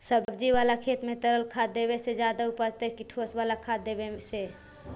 सब्जी बाला खेत में तरल खाद देवे से ज्यादा उपजतै कि ठोस वाला खाद देवे से?